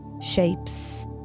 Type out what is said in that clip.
shapes